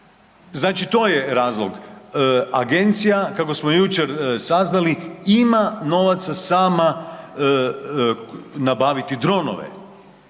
Znači to je razlog. Agencija kako smo jučer saznali ima novaca sama nabaviti dronove,